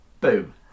Boom